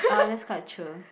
uh that's quite true